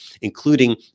including